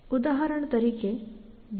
ઉદાહરણ તરીકે B પહેલાં A થાય છે